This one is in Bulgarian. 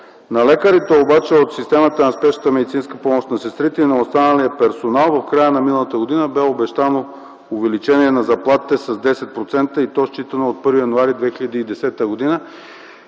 На лекарите обаче в системата на Спешната медицинска помощ, на сестрите и на останалия персонал в края на миналата година бе обещано увеличение на заплатите с 10%, и то считано от 1 януари 2010 г.